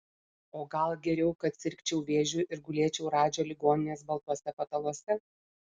o gal geriau kad sirgčiau vėžiu ir gulėčiau radžio ligoninės baltuose pataluose